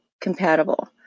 compatible